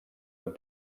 amb